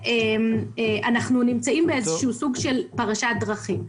ואנחנו נמצאים באיזשהו סוג של פרשת דרכים.